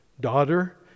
Daughter